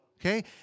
okay